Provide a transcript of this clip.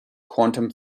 quantum